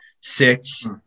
six